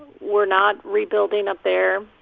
we're not rebuilding up there.